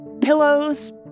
pillows